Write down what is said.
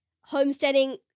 Homesteading